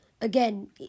again